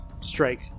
strike